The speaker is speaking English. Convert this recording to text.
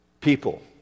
people